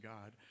God